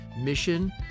mission